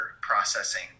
processing